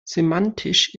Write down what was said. semantisch